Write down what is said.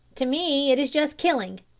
to me it is just killing.